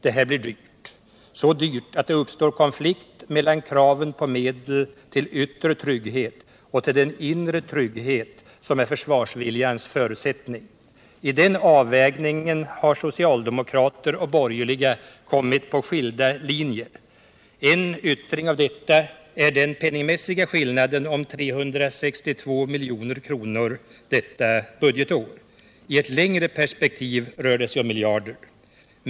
Det här blir dyrt, så dyrt att det uppstår konflikt mellan kraven på medel till yttre trygghet och medel till den inre trygghet som är försvarsviljans förutsättning. I den avvägningen har socialdemokrater och borgerliga kommit på skilda linjer. En yttring av detta är den penningmässiga skillnaden om 362 milj.kr. detta budgetår. I ett längre perspektiv rör det sig om miljarder.